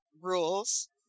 rules